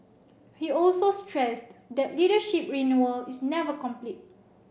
he also stressed that leadership renewal is never complete